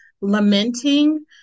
lamenting